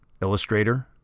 illustrator